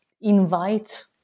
invite